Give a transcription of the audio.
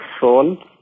soul